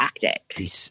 tactic